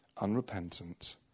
unrepentant